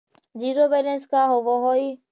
Zero balance का होव हइ?